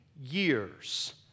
years